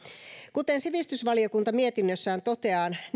kuten sivistysvaliokunta mietinnössään toteaa